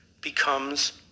becomes